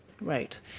right